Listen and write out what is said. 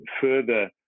further